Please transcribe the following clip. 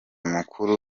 mukuru